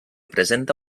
presenta